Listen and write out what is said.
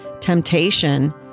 temptation